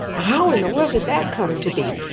how in the world did that come to be?